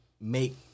make